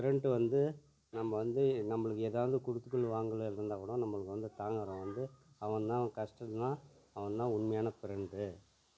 friend வந்து நம்ம வந்து நம்மளுக்கு ஏதாவது கொடுக்கலு வாங்கல் எதுவும் இருந்தால் கூட நம்மளுக்கு வந்து தாங்குகிறவன் வந்து அவன் தான் கஷ்டம்னால் அவன் தான் உண்மையான ஃப்ரெண்டு